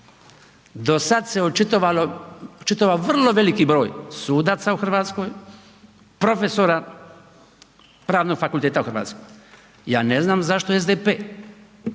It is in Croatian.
do sada se očitovao vrlo veliki broj sudaca u Hrvatskoj, profesora Pravnog fakulteta u Hrvatskoj. Ja ne znam zašto SDP